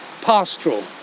pastoral